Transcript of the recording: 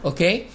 Okay